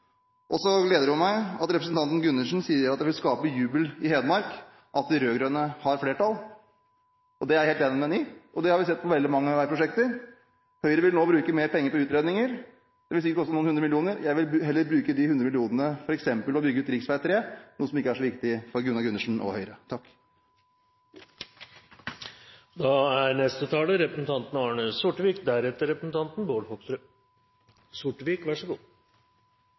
gleder meg at representanten Gundersen sier at det vil skape jubel i Hedmark at de rød-grønne har flertall. Det er jeg helt enig med ham i, og det har vi sett i veldig mange veiprosjekter. Høyre vil nå bruke mer penger på utredninger. Det vil sikkert koste noen hundre millioner. Jeg vil heller bruke de hundre millionene til f.eks. å bygge ut rv. 3, noe som ikke er så viktig for Gunnar Gundersen og Høyre. Om miljøaspektet kunne jeg sendt en etterlysning etter den tidligere representanten